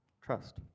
Trust